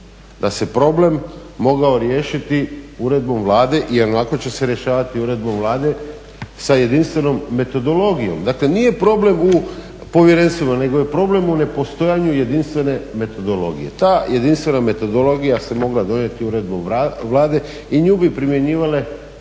da se problem mogao riješiti uredbom Vlade, ionako će se rješavati uredbom Vlade sa jedinstvenom metodologijom. Dakle nije problem u povjerenstvima nego je problem u nepostojanju jedinstve4ne metodologije. Ta jedinstvena metodologija se mogla donijeti uredbom Vlade i nju bi primjenjivale